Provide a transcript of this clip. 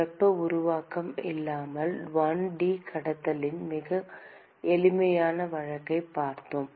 வெப்ப உருவாக்கம் இல்லாமல் 1 டி கடத்தலின் மிக எளிய வழக்கைப் பார்த்தோம்